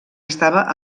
estava